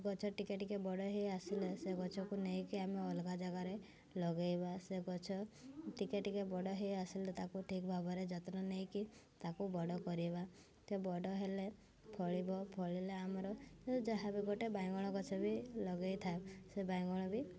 ଗଛ ଟିକେ ଟିକେ ବଡ଼ ହେଇ ଆସିଲେ ସେ ଗଛକୁ ନେଇକି ଆମେ ଅଲଗା ଜାଗାରେ ଲଗାଇବା ସେ ଗଛ ଟିକେ ଟିକେ ବଡ଼ ହେଇ ଆସିଲେ ତାକୁ ଠିକ ଭାବରେ ଯତ୍ନ ନେଇକି ତାକୁ ବଡ଼ କରିବା ଟିକେ ବଡ଼ ହେଲେ ଫଳିବ ଫଳିଲେ ଆମର ଏ ଯାହା ବି ଗୋଟେ ବାଇଗଣ ଗଛ ବି ଲଗାଇ ଥାଉ ସେ ବାଇଗଣ ବି